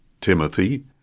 Timothy—